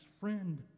friend